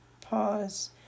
Pause